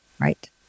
Right